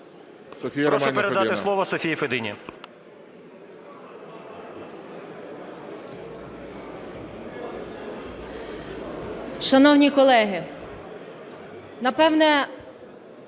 Прошу передати слово Софії Федині.